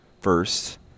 first